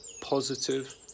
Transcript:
positive